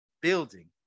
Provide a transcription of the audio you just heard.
building